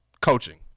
Coaching